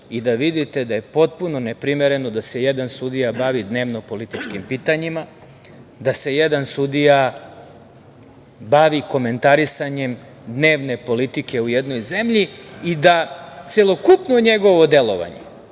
i da vidite da je potpuno neprimereno da se jedan sudija bavi dnevno-političkim pitanjima, da se jedan sudija bavi komentarisanjem dnevne politike u jednoj zemlji i da celokupno njegovo delovanje,